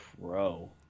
pro